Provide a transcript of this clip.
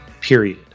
period